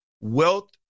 Wealth